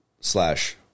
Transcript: slash